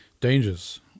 dangers